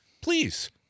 please